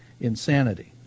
insanity